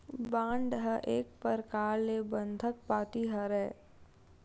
bond ह एक परकार ले बंधक पाती हरय